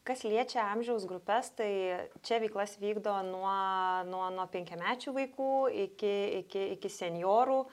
kas liečia amžiaus grupes tai čia veiklas vykdo nuo nuo nuo penkiamečių vaikų iki iki iki senjorų